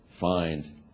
find